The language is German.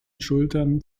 schultern